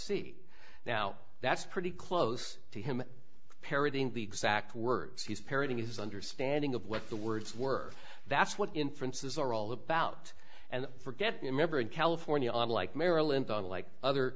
c now that's pretty close to him parroting the exact words he's parroting his understanding of what the words were that's what inferences are all about and forget you remember in california unlike maryland on like other